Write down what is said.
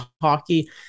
hockey